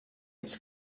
its